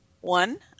One